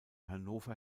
hannover